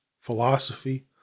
philosophy